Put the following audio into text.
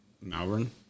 Malvern